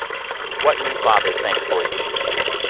what new father thanked horses this year?